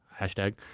hashtag